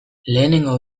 lehenengo